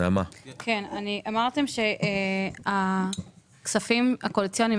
אמרתם שהכספים הקואליציוניים,